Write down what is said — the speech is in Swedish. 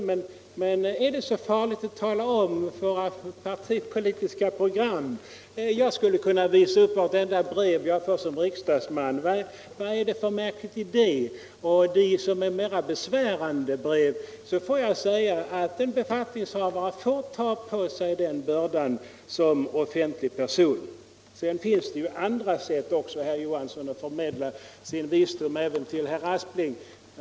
Men är det så farligt att tala om partipolitiska program? Jag skulle kunna visa upp vartenda brev jag får som riksdagsman. Vad är det för märkligt i det? Och när det gäller mera besvärande brev vill jag säga att en befattningshavare får ta på sig den bördan som offentlig person. Sedan finns det ju andra sätt också, herr Johansson, att förmedla sin visdom även till herr Aspling.